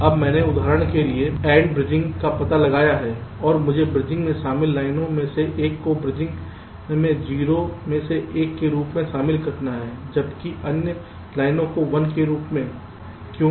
अब मैंने उदाहरण के रूप में AND ब्रिजिंग पता लगाया है और मुझे ब्रिजिंग में शामिल लाइनों में से एक को ब्रिजिंग में 0 में से एक के रूप में शामिल करना है जबकि अन्य लाइनों को 1 के रूप में क्यों